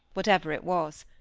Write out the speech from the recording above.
whatever it was.